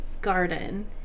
garden